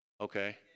Okay